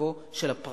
מצבו של הפרט.